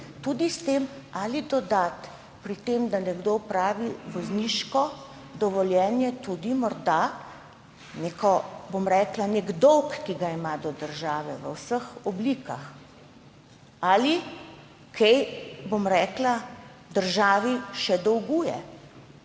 tudi s tem, ali dodati pri tem, da nekdo opravi vozniško dovoljenje, tudi morda nek dolg, ki ga ima do države v vseh oblikah, ali kaj državi še dolguje